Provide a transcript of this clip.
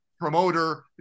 promoter